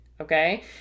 Okay